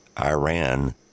Iran